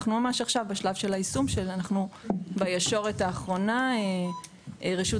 כרגע אנחנו נמצאים בישורת האחרונה של היישום.